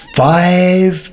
five